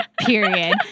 period